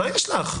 מה יש לך?